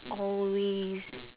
always